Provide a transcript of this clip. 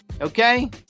okay